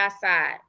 side